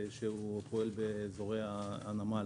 שפועל באזורי הנמל.